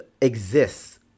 exists